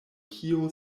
kio